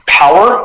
power